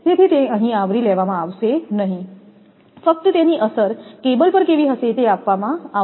તેથી તે અહીં આવરી લેવામાં આવશે નહીં ફક્ત તેની અસર કેબલ પર કેવી હશે તે આપવામાં આવશે